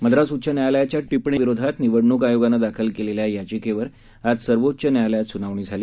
मद्रास उच्च न्यायालयाच्या टिप्पणीविरोधात निवडणूक आयोगानं दाखल केलेल्या याचिकेवर आज सर्वोच्च न्यायालयात सुनावणी झाली